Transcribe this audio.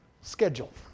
schedule